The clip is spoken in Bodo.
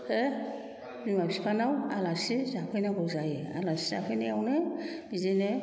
हो बिमा बिफानाव आलासि जाफैनांगौ जायो आलासि जाफैनायावनो बिदिनो